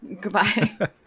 goodbye